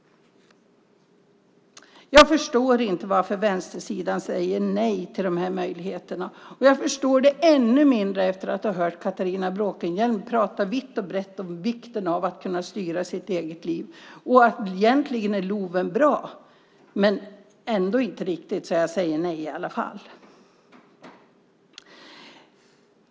Jag förstår inte varför vänstersidan säger nej till dessa möjligheter, och jag förstår det ännu mindre efter att ha hört Catharina Bråkenhielm vitt och brett tala om vikten av att kunna styra sitt eget liv och att LOV egentligen är bra, men ändå inte riktigt bra så hon säger nej i alla fall.